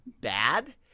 bad